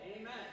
Amen